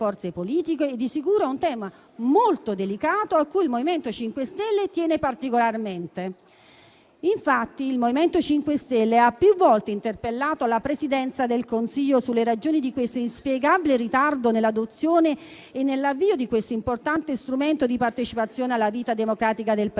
costituiscono un tema molto delicato, a cui il MoVimento 5 Stelle tiene particolarmente. Infatti, il MoVimento 5 Stelle ha più volte interpellato la Presidenza del Consiglio sulle ragioni di questo inspiegabile ritardo nell'adozione e nell'avvio di questo importante strumento di partecipazione alla vita democratica del Paese,